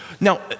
Now